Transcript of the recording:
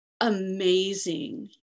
amazing